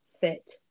fit